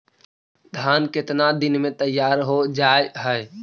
धान केतना दिन में तैयार हो जाय है?